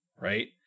Right